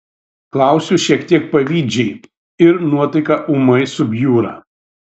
klausiu šiek tiek pavydžiai ir nuotaika ūmai subjūra